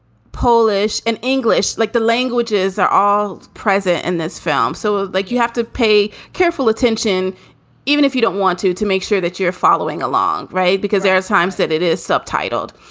polish and english, like the languages are all present in this film. so like you have to pay careful attention even if you don't want to, to make sure that you're following along. right. because there are times that it is subtitled.